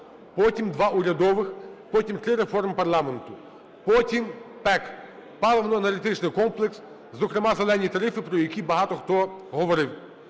потім – 2 урядових, потім – 3 реформи парламенту, потім – ПЕК, паливно-енергетичний комплекс, зокрема "зелені" тарифи, про які багато хто говорив.